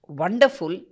wonderful